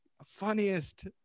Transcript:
funniest